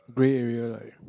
grey area like